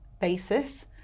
basis